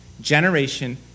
generation